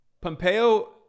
Pompeo